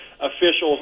officials